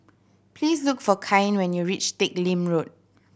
please look for Cain when you reach Teck Lim Road